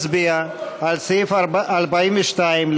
הצבענו על הסתייגות מס' 1 בעמוד 425,